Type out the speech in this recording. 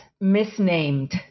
misnamed